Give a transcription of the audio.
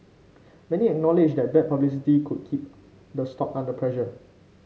many acknowledge that bad publicity could keep the stock under pressure